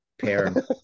pair